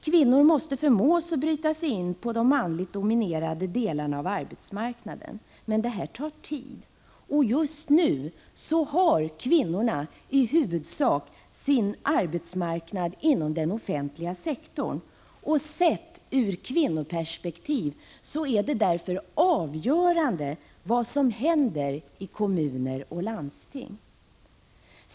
Kvinnor måste förmås att bryta sig in på de manligt dominerade delarna av arbetsmarknaden. Men det tar tid, och just nu har kvinnorna sina arbeten i huvudsak inom den offentliga sektorn. Sett ur ett kvinnoperspektiv är det därför avgörande vad som händer i kommuner och landsting.